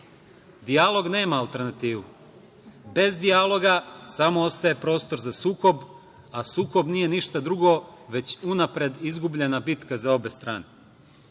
nema alternativu. Bez dijaloga samo ostaje prostor za sukob, a sukob nije ništa drugo već unapred izgubljena bitka za obe strane.